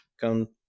come